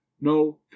No